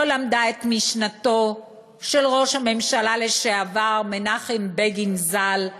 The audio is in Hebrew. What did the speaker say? לא למדה את משנתו של ראש הממשלה לשעבר מנחם בגין ז"ל,